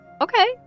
okay